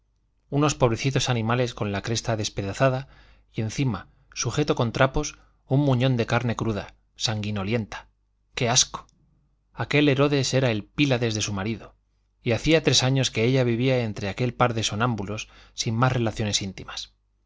unos pobrecitos animales con la cresta despedazada y encima sujeto con trapos un muñón de carne cruda sanguinolenta qué asco aquel herodes era el pílades de su marido y hacía tres años que ella vivía entre aquel par de sonámbulos sin más relaciones íntimas